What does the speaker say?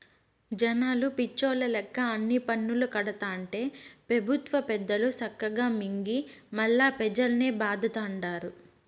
జనాలు పిచ్చోల్ల లెక్క అన్ని పన్నులూ కడతాంటే పెబుత్వ పెద్దలు సక్కగా మింగి మల్లా పెజల్నే బాధతండారు